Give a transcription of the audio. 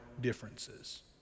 differences